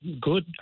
good